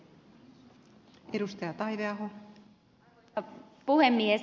arvoisa puhemies